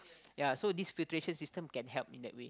yea so this filtration system can help in that way